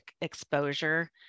exposure